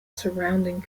surrounding